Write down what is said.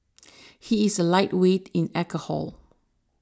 he is a lightweight in alcohol